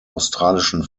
australischen